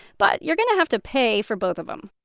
but you're going to have to pay for both of them